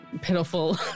pitiful